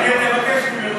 אין לי מושג.